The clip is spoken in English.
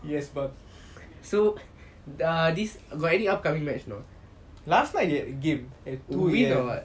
so err this got any upcoming match or not last night game they win or what